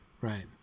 Right